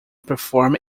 perform